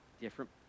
different